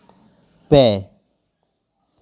ᱯᱮ